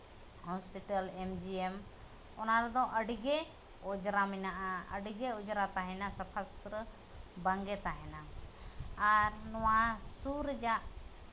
hospital M G M ᱚᱱᱟ ᱨᱮᱫᱚ ᱟᱹᱰᱤ ᱜᱮ ᱚᱡᱽᱨᱟ ᱢᱮᱱᱟᱜᱼᱟ ᱟᱹᱰᱤᱜᱮ ᱚᱡᱽᱨᱟ ᱛᱟᱦᱮᱱᱟ ᱥᱟᱯᱷᱟ ᱥᱩᱛᱨᱟᱹ ᱵᱟᱝᱜᱮ ᱛᱟᱦᱮᱱᱟ ᱟᱨ ᱱᱚᱣᱟ ᱥᱩᱨ ᱨᱮᱭᱟᱜ